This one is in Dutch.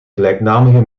gelijknamige